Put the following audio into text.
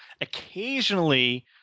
occasionally